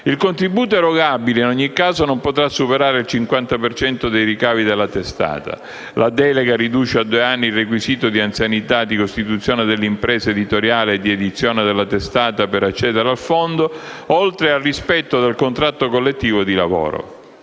Il contributo erogabile, in ogni caso, non potrà superare il 50 per cento dei ricavi della testata. La delega riduce a due anni il requisito di anzianità di costituzione dell'impresa editoriale e di edizione della testata per accedere al Fondo, oltre al rispetto del contratto collettivo di lavoro.